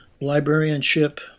librarianship